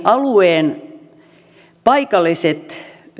alueen paikalliset